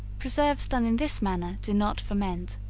preserves done in this manner do not ferment.